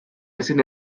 ezin